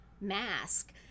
mask